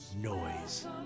noise